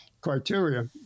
criteria